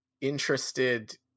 interested